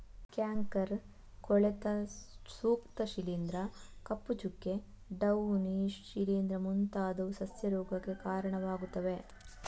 canker, ಕೊಳೆತ ಸೂಕ್ಷ್ಮ ಶಿಲೀಂಧ್ರ, ಕಪ್ಪು ಚುಕ್ಕೆ, ಡೌನಿ ಶಿಲೀಂಧ್ರ ಮುಂತಾದವು ಸಸ್ಯ ರೋಗಕ್ಕೆ ಕಾರಣವಾಗುತ್ತವೆ